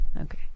Okay